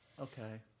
okay